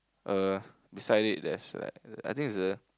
err beside it that's like I think it's a